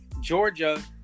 Georgia